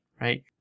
right